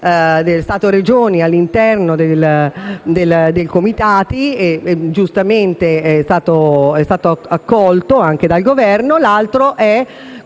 Stato-Regioni all'interno del comitati, che giustamente è stato accolto anche dal Governo, mentre